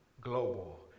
Global